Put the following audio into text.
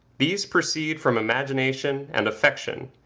these proceed from imagination and affection,